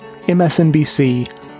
MSNBC